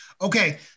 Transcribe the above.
Okay